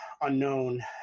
unknown